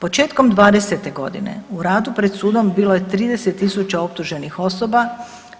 Početkom '20. godine u radu pred sudom bilo je 30.000 optuženih osoba